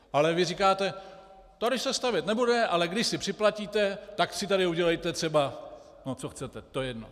Ale vy říkáte: Tady se stavět nebude, ale když si připlatíte, tak si tady udělejte třeba, co chcete, to je jedno.